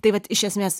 tai vat iš esmės